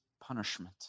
punishment